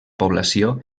població